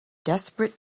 desperate